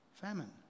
famine